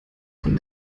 von